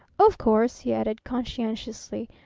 of course, he added conscientiously,